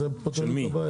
זה פותר את הבעיה.